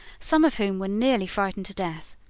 some of whom were nearly frightened to death.